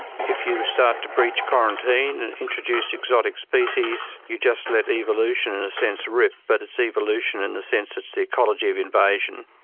if you start to breach quarantine and introduce exotic species you just let evolution, in a sense, rip. but it's evolution in the sense it's the ecology of invasion.